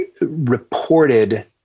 reported